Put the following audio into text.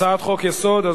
הצעת חוק-יסוד: